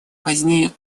позднее